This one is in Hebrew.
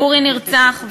אורי נרצח,